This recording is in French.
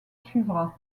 suivra